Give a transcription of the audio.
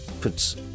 puts